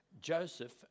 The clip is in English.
Joseph